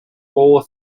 all